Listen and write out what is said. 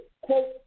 quote